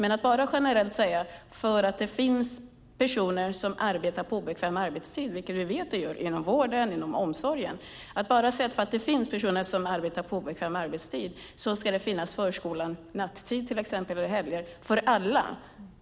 Men vi kan inte generellt säga att bara för att det finns personer som arbetar på obekväm arbetstid, vilket vi vet att det gör inom vården och omsorgen, ska det finnas barnomsorg nattetid och under helger för alla.